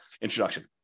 introduction